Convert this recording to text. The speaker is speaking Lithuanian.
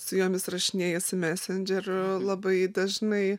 su jomis rašinėjasi mesendžer labai dažnai